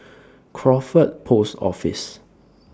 Crawford Post Office